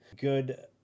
Good